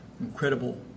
incredible